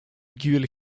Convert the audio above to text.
gul